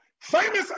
Famous